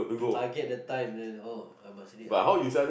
target the time then oh I must reach ah